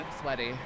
sweaty